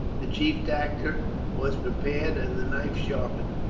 the chief actor was prepared and the knife sharpened.